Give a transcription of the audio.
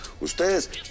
ustedes